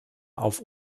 auf